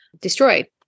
destroyed